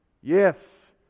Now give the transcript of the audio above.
Yes